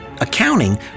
accounting